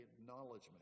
acknowledgement